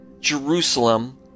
Jerusalem